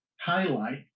highlight